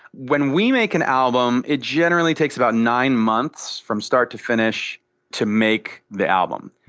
when we make an album, it generally takes about nine months from start to finish to make the album.